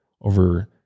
over